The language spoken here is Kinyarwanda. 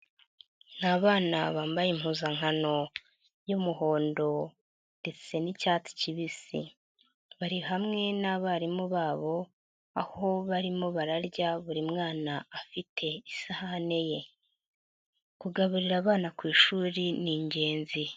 Ni abana bambaye impuzankano y'umuhondo ndetse n'icyatsi kibisi. Bari hamwe n'abarimu babo, aho barimo bararya buri mwana afite isahani ye. Kugaburira abana ku ishuri ni ingenzi.